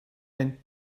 ein